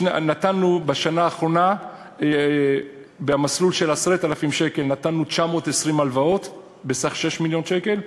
בשנה האחרונה במסלול של 10,000 שקל נתנו 920 הלוואות בסך 6 מיליון שקל,